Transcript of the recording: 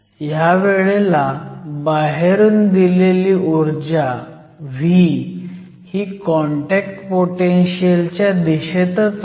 ह्या वेळेला बाहेरून दिलेली ऊर्जा V ही कॉन्टॅक्ट पोटेनशीयल च्या दिशेतच आहे